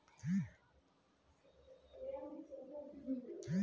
ಒಣಗಿದ ತರಗೆಲೆ, ಪಶು ಪ್ರಾಣಿಗಳ ತ್ಯಾಜ್ಯ ಮುಂತಾದವುಗಳನ್ನು ಕೊಳಸಿ ಕಾಂಪೋಸ್ಟ್ ಆಗಿ ಬಳಸಿಕೊಳ್ಳಬೋದು